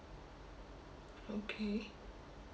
okay